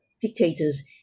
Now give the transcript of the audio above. dictators